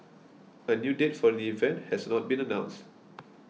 a new date for the event has not been announced